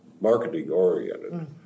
marketing-oriented